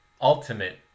ultimate